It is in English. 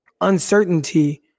uncertainty